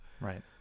right